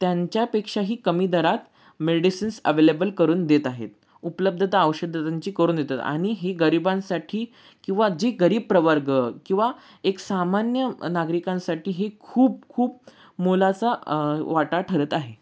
त्यांच्यापेक्षाही कमी दरात medicines available करून देत आहेत उपलब्धता औषध त्यांची करून देतात आणि हे गरिबांसाठी किंवा जी गरीब प्रवर्ग किंवा एक सामान्य नागरिकांसाठी हे खूप खूप मोलाचा वाटा ठरत आहे